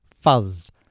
Fuzz